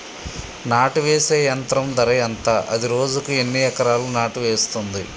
నాటు వేసే యంత్రం ధర ఎంత? అది రోజుకు ఎన్ని ఎకరాలు నాటు వేస్తుంది?